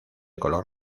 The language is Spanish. color